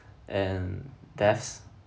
and deaths